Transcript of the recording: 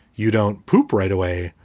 you don't poop right away.